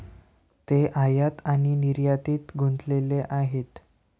ते आयात आणि निर्यातीत गुंतलेले आहेत